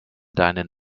deinen